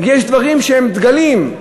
יש דברים שהם דגלים.